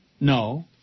No